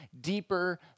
deeper